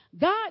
God